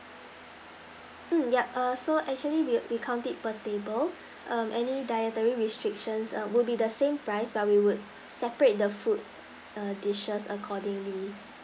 mm yup err so actually we we count it per table um any dietary restrictions err would be the same price but we would separate the food err dishes accordingly